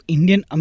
Indian